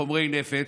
חומרי נפץ.